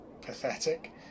pathetic